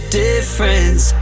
difference